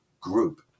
group